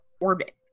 orbit